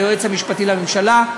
ליועץ המשפטי לממשלה,